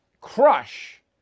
crush